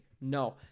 No